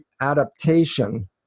adaptation